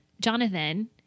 Jonathan